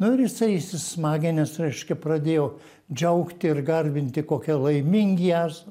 nu ir jisai įsismaginęs reiškia pradėjo džiaugti ir garbinti kokie laimingi esam